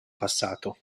passato